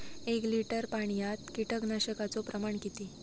एक लिटर पाणयात कीटकनाशकाचो प्रमाण किती?